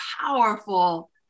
powerful